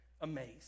amazed